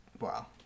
Wow